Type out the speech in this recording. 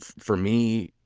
for me,